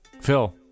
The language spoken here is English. Phil